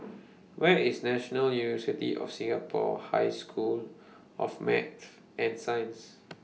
Where IS National University of Singapore High School of Math and Science